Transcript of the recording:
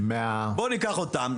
בוא ניקח אותם,